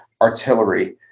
artillery